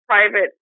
Private